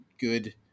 good